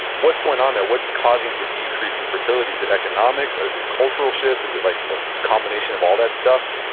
what's going on there, what's causing the decrease in fertility, is it economics or is it cultural shift, is it like a combination of all that stuff?